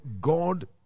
god